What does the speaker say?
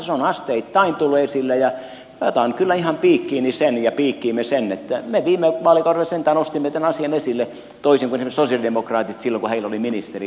se on asteittain tullut esille ja minä otan kyllä ihan piikkiini ja piikkiimme sen että me viime vaalikaudella sentään nostimme tämän asian esille toisin kuin esimerkiksi sosialidemokraatit silloin kun heillä oli ministeri